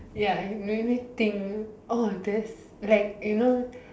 ya it make think oh this like you know